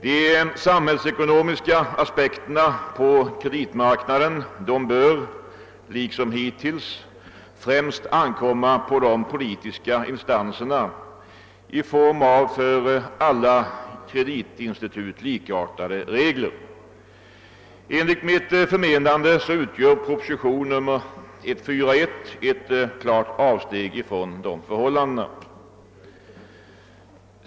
De samhällsekonomiska aspekterna på kreditmarknaden bör liksom hittills främst ankomma på de politiska instanserna i form av för alla kreditinstitut likartade regler. Enligt mitt förmenande utgör propositionen nr 141 ett klart avsteg från dessa grundläggande synpunkter.